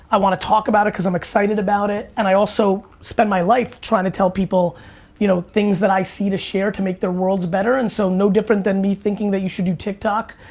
wanna talk about it cause i'm excited about it and i also spend my life trying to tell people you know things that i see to share to make their worlds better and so no different than me thinking that you should do tik tok,